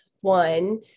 one